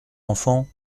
enfant